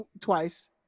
Twice